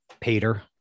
Peter